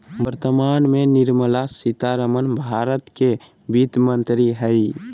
वर्तमान में निर्मला सीतारमण भारत के वित्त मंत्री हइ